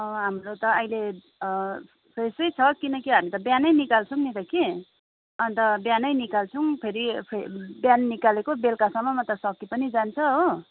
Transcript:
हाम्रो त अहिले फ्रेसै छ किनकि हामी त बिहानै निकाल्छौँ नि त कि अन्त बिहानै निकाल्छौँ फेरि फे बिहान निकालेको बेलुकासम्ममा त सकिई पनि जान्छ हो